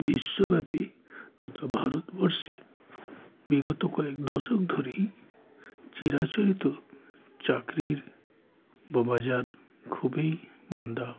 বিশ্বব্যাপী তথা ভারতবর্ষে বিগত কয়েক দশক ধরেই চিরাচরিত চাকরির ব বাজার খুবই মন্দা